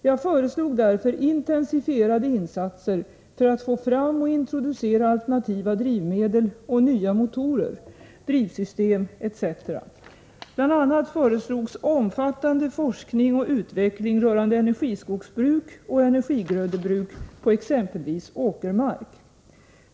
Jag föreslog därför intensifierade insatser för att få fram och introducera alternativa drivmedel och nya motorer, drivsystem etc. Bl. a. föreslogs omfattande forskning och utveckling rörande energiskogsbruk och energigrödebruk på exempelvis åkermark.